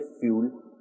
fuel